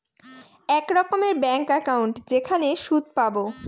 এক রকমের bank account যেখানে সুদ পাবো